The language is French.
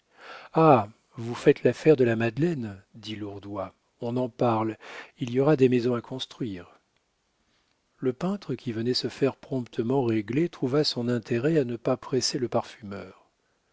ah vous faites l'affaire de la madeleine dit lourdois on en parle il y aura des maisons à construire le peintre qui venait se faire promptement régler trouva son intérêt à ne pas presser le parfumeur